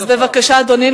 בבקשה, אדוני.